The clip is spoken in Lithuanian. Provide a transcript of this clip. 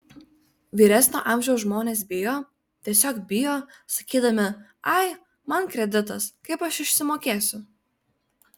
vyresnio amžiaus žmonės bijo tiesiog bijo sakydami ai man kreditas kaip aš išsimokėsiu